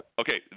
Okay